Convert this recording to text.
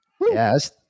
Yes